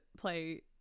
play